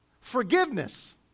Forgiveness